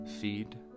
feed